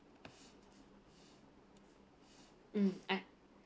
mm I